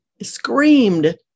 screamed